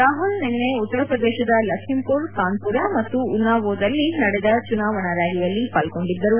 ರಾಹುಲ್ ನಿನ್ನೆ ಉತ್ತರ ಪ್ರದೇಶದ ಲಖಿಂಪುರ್ ಕಾನ್ಪುರ ಮತ್ತು ಉನ್ನಾವೊದಲ್ಲಿ ನಡೆದ ಚುನಾವಣಾ ರಾಲಿಯಲ್ಲಿ ಪಾಲ್ಗೊಂಡಿದ್ದರು